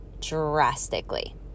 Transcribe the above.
drastically